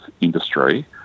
industry